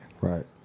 Right